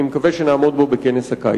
אני מקווה שנעמוד בו בכנס הקיץ.